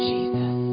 Jesus